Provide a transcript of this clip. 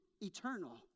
eternal